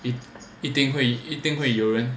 一定会一定会有人